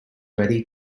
ready